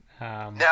Now